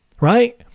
right